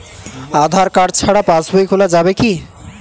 আধার card ছাড়া পাশবই খোলা যাবে কি?